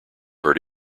hurt